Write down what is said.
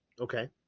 okay